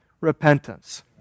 repentance